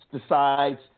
decides